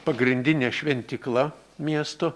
pagrindinė šventykla miesto